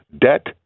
debt